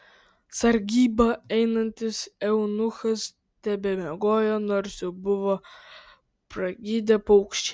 sargybą einantis eunuchas tebemiegojo nors jau buvo pragydę paukščiai